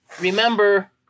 Remember